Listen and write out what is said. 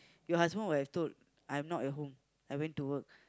your husband would have told I'm not at home I went to work